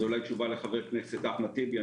תשובה לחבר הכנסת אחמד טיבי.